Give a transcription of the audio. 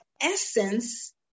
essence